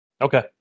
Okay